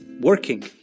working